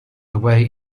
away